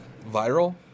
Viral